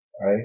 right